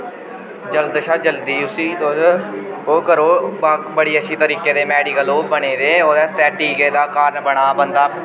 जल्द शा जल्दी उसी तुस ओह् करो बड़ी अच्छी तरीके दे मेडिकल ओह् बने दे ओह्दे आस्तै टीके दा कारण बना बन्दा